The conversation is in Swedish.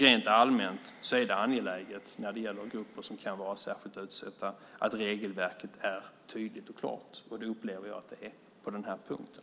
Rent allmänt är det angeläget när det gäller grupper som kan vara särskilt utsatta att regelverket är tydligt och klart. Det upplever jag att det är på den här punkten.